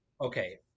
okay